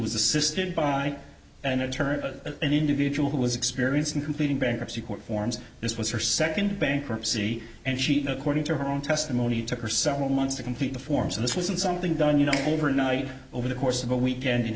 was assisted by an attorney a an individual who was experienced in completing bankruptcy court forms this was her second bankruptcy and she according to her own testimony took her several months to complete the forms and this wasn't something done you know overnight over the course of a weekend in